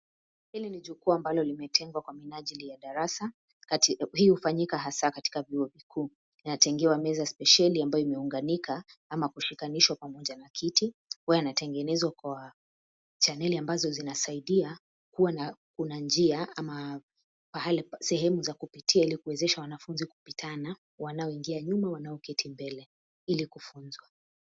Hili ni jukwaa ambalo limetengwa kwa minajili ya darasa. Hii hufanyika hasa katika vyuo kikuu. Inatengewa meza spesheli ambayo inaunganika ama kushikanishwa pamoja na kiti ambayo inatengenezwa kwa channel ambazo zinasaidia kuwa na njia ama sehemu za kupitia ili kuwezesha wanafunzi kupitana wanaoingia nyuma na wanaoketi mbele ili kufunzwa.